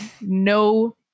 No